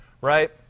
right